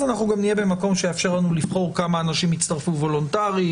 אז אנחנו גם נהיה במקום שיאפשר לנו לבחור כמה אנשים יצטרפו וולונטרית,